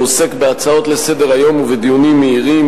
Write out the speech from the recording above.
והוא עוסק בהצעות לסדר-היום ובדיונים מהירים,